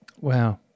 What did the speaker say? Wow